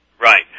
Right